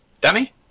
Danny